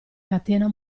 catena